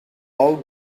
all